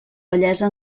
bellesa